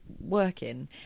working